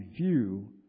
view